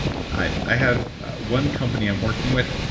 i have one company i'm working with.